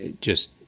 just,